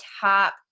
top